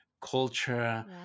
culture